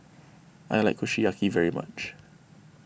I like Kushiyaki very much